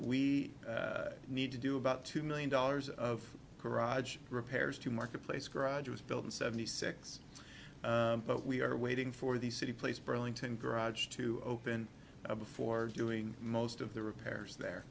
we need to do about two million dollars of garage repairs to marketplace garage was built in seventy six but we are waiting for the city place burlington garage to open up before doing most of the repairs their